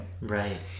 Right